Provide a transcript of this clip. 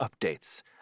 updates